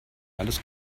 alles